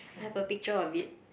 I have a picture of it